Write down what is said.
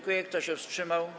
Kto się wstrzymał?